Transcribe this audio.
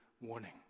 warning